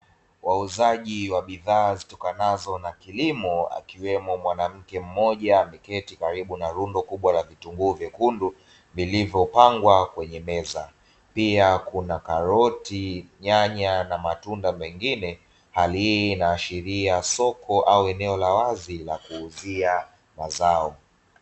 Wauzaji wa bidhaa zitokonazo na kilimo akiwemo mwanamke mmoja ameketi karibu na rundo kubwa la vitunguu vyekundu vilivyopangwa kwenye meza. Pia kuna karoti, nyanya na matunda mengine. Hali hii inaashiria soko au eneo la wazi la kuuzia mazao.